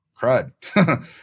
crud